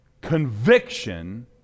conviction